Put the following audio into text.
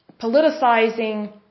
politicizing